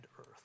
earth